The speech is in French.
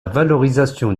valorisation